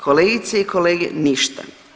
Kolegice i kolege, ništa.